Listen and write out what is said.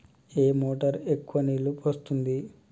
ఏ motor ఎక్కువ నీళ్లు పోస్తుంది?